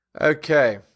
Okay